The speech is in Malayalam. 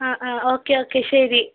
ആ ആ ഓക്കെ ഓക്കെ ശരി